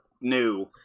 new